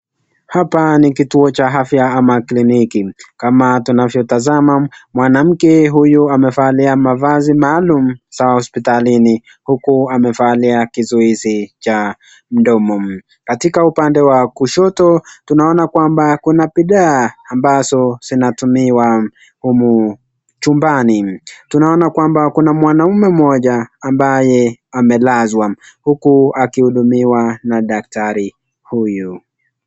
Hapa ni kituo cha afya ama kliniki kama tunavyo tazama , mwanamke huyu amevalia nguo maalum ambayo ni za hospitali huku amevalia zizuizi maalum cha mdomo katika upande wa kushoto tunaona kwamba Kuna bidhaa ambazo zinatumiwa humu chumbani, tunaona kwamba Kuna mwanaume Moja ambaye amelazwa huku akihudumiwa na daktari huyu